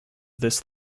this